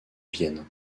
vienne